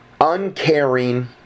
uncaring